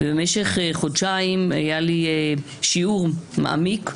ובמשך חודשיים היה לי שיעור מעמיק.